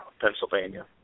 Pennsylvania